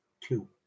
Two